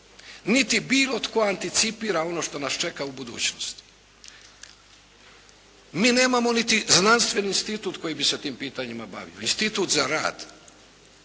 Niti bilo tko anticipira ono što nas čeka u budućnosti. Mi nemamo niti znanstveni institut koji bi se tim pitanjima bavio. Institut za rad.